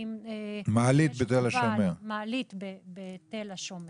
אם במעלית בתל השומר